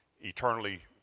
eternally